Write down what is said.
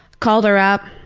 called her up.